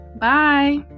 bye